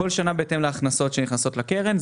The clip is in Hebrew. כל שנה בהתאם להכנסות שנכנסות לקרן,